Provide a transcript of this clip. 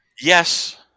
Yes